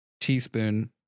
teaspoon